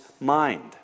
mind